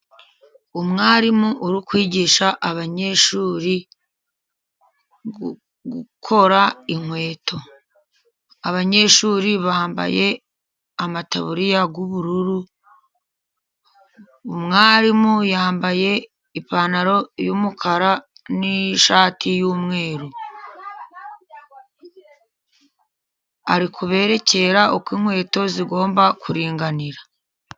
Umwarimu uri kwigisha abanyeshuri gukora inkweto . Abanyeshuri bambaye amataburiya y' ubururu . Umwarimu yambaye ipantaro yumukara, n'ishati y'umweru. Ari kuberekera uko inkweto zigomba kuringanira